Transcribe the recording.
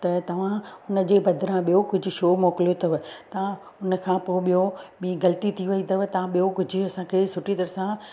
त तव्हां हुन जे बदिरा ॿियों कुझु छो मोकिलियो अथव तां हुन खां पोि ॿियों बि ग़लति थी अथव तव्हां ॿियों कुझु असांखे सुठी तरह सां